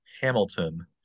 Hamilton